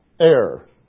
Air